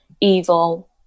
evil